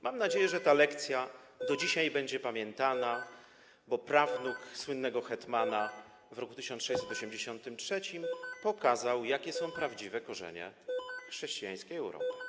Mam nadzieję, że ta lekcja do dzisiaj będzie pamiętana, bo prawnuk słynnego hetmana w roku 1683 pokazał, jakie są prawdziwe korzenie chrześcijańskiej Europy.